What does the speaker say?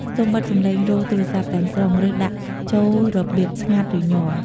សូមបិទសំឡេងរោទ៍ទូរស័ព្ទទាំងស្រុង ឬដាក់ចូលរបៀបស្ងាត់ ឬញ័រ។